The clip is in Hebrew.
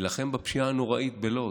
להילחם בפשיעה הנוראית בלוד.